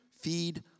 feed